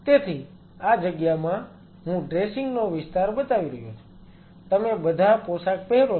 તેથી આ જગ્યામાં હું ડ્રેસિંગ નો વિસ્તાર બતાવી રહ્યો છું તમે બધા પોશાક પહેરો છો